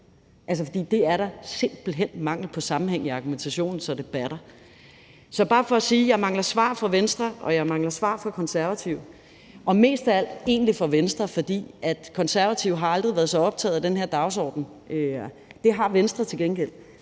den. For det er da simpelt hen en mangel på sammenhæng i argumentationen, så det batter. Så det er bare for at sige, at jeg mangler svar fra Venstre, og at jeg mangler svar fra Konservative, egentlig mest af alt fra Venstre, for Konservative har aldrig været så optagede af den her dagsorden, og det har Venstre til gengæld,